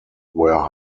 were